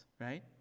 right